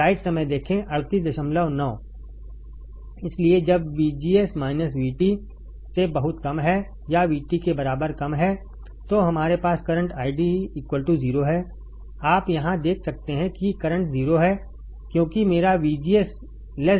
इसलिए जब VGS VT से बहुत कम है या VT के बराबर कम है तो हमारे पास करंट आईडी 0 है आप य हां देख सकते हैं कि करंट 0 है क्योंकि मेरा VGS VT